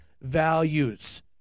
values